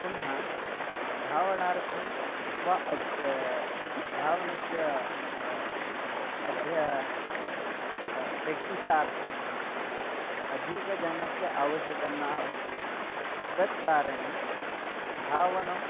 पुनः धावनार्थं वा अद्य धावनस्य अद्य प्रेक्टिसार्थम् अधिकजनस्य आवश्यकं न अस्ति तत्कारणे धावनं